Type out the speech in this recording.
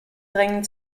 drängen